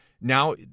now